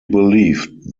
believed